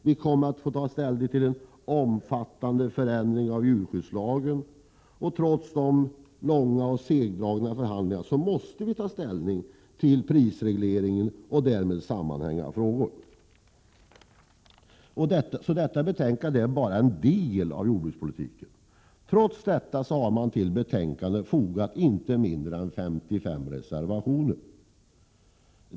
Vi kommer att få ta ställning till en omfattande förändring av djurskyddslagen, och trots de långa och segdragna förhandlingarna måste vi ta ställning till prisregleringen och därmed sammanhängande frågor. Det betänkande vi diskuterar i dag rör bara en del av jordbrukspolitiken. Trots detta har till betänkandet fogats inte mindre än 55 reservationer.